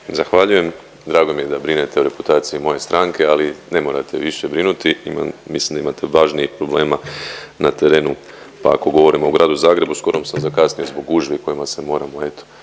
Zahvaljujem. Drago mi je da brinete o reputaciji moje stranke, ali ne morate više brinuti. Mislim da imate važnijeg problema na terenu, pa ako govorim o gradu Zagrebu skoro sam zakasnio zbog gužvi kojima se eto